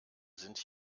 sind